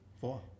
Four